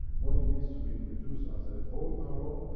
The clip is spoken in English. what it needs to be produced, as ah bone marrow,